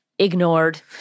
ignored